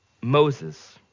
Moses